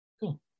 cool